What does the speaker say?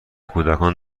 کودکان